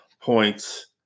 points